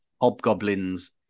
hobgoblins